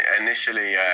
initially